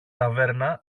ταβέρνα